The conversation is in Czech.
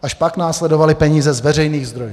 Až pak následovaly peníze z veřejných zdrojů.